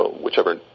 whichever